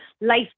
life